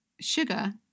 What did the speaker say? sugar